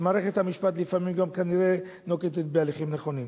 כשמערכת המשפט לפעמים גם כנראה נוקטת הליכים נכונים.